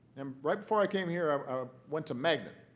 and right before i came here, i ah went to magnet.